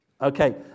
Okay